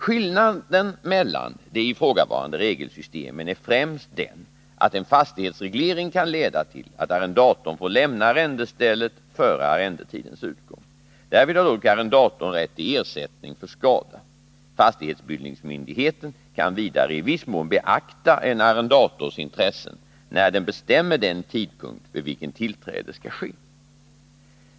Skillnaden mellan de ifrågavarande regelsystemen är främst den att en fastighetsreglering kan leda till att arrendatorn får lämna arrendestället före arrendetidens utgång. Därvid har dock arrendatorn rätt till ersättning för skada. Fastighetsbildningsmyndigheten kan vidare i viss mån beakta en arrendators intressen, när den bestämmer den tidpunkt vid vilken tillträde skall ske.